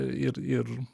ir ir